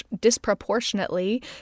disproportionately